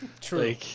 True